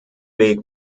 weg